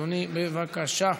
אדוני, בבקשה.